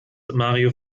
mario